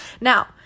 Now